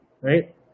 right